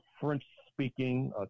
French-speaking